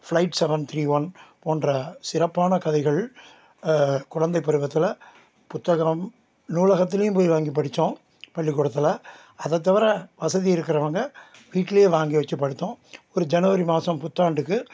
flight seven three one போன்ற சிறப்பான கதைகள் குழந்தை பருவத்தில் புத்தகம் நூலகத்துலேயும் போய் வாங்கி படித்தோம் பள்ளிக்கூடத்தில் அதை தவிர வசதி இருக்கிறவங்க வீட்டிலேயே வாங்கி வச்சு படித்தோம் ஒரு ஜனவரி மாதம் புத்தாண்டுக்கு